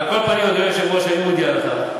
על כל פנים, אדוני היושב-ראש, אני מודיע לך,